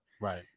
Right